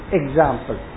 example